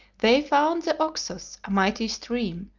they found the oxus, a mighty stream,